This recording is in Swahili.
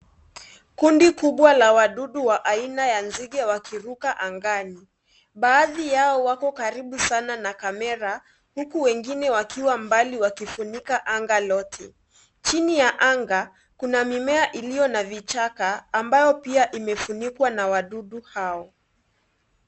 Kundi kubwa la wadudu wa aina ya nzige wakiruka angani, baadhi yao wako karibu sana na kamera huku wengine wakiwa mbali wakifunika anga yote, chini ya anga kuna mimea iliyo na vichaka ambayo pia imefunikwa na vidudu hao.